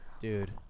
Dude